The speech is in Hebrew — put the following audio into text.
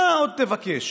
מה עוד תבקש?